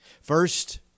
First